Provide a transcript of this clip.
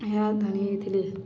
ଏହା ଧନୀ ହୋଇଥିଲେ